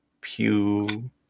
Pew